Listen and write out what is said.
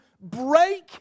break